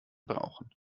brauchen